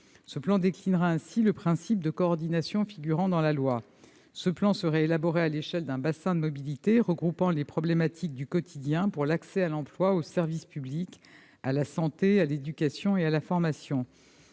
Ce plan déclinerait ainsi le principe de coordination figurant dans la loi. Il serait élaboré à l'échelle d'un bassin de mobilité pour regrouper les problématiques du quotidien en matière d'accès à l'emploi, au service public, à la santé, à l'éducation et à la formation.